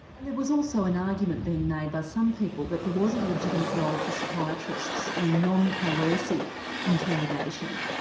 and there was also an argument being made by some people that there was a legitimate role for psychiatrists in non-coercive interrogation.